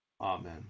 Amen